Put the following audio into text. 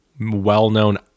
well-known